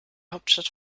hauptstadt